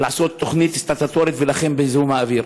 לעשות תוכנית סטטוטורית ולהילחם בזיהום האוויר.